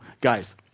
guys